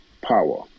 power